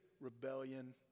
rebellion